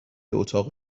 اتاق